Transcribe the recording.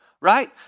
right